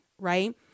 right